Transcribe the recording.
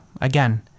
again